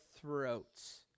throats